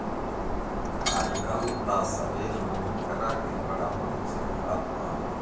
आजकल त सभे लोग एकरा के बड़ा मन से खात बा